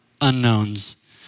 unknowns